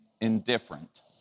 indifferent